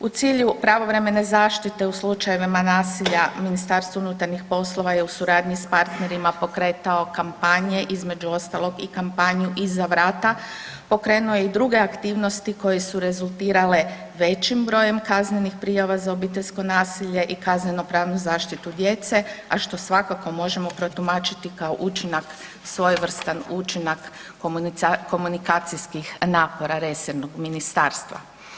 U cilju pravovremene zaštite u slučajevima nasilja, Ministarstvo unutarnjih poslova je u suradnji s partnerima pokretao kampanje, između ostalog i kampanju „Iza vrata“, pokrenuo je i druge aktivnosti koje su rezultirale većim brojem kaznenih prijava za obiteljsko nasilje i kaznenopravnu zaštitu djece, a što svakako možemo protumačiti kao učinak, svojevrstan učinak komunikacijskih napora resornog ministarstva.